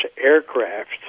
aircraft